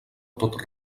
tot